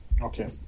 Okay